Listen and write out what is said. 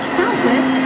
countless